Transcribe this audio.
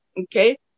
Okay